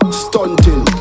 stunting